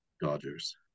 Dodgers